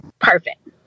Perfect